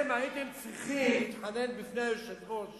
אתם הייתם צריכים להתחנן בפני היושב-ראש